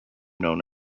known